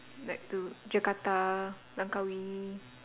like to Jakarta Langkawi